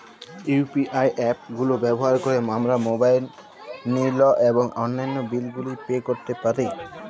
UPI app গুলো ব্যবহার করে আমরা মোবাইল নিল এবং অন্যান্য বিল গুলি পে করতে পারি